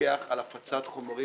לפקח על הפצת חומרים